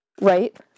right